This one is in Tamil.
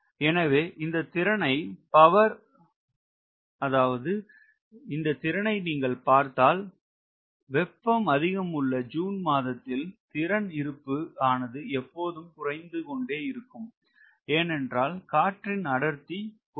எனவே இந்த திறனை நீங்கள் பார்த்தால் வெப்பம் அதிகம் உள்ள ஜூன் மாதத்தில் திறன் இருப்பு ஆனது எப்போதும் குறைந்து கொண்டே இருக்கும் ஏனென்றால் காற்றின் அடர்த்தி குறைவு